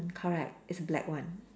correct it's black one